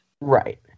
Right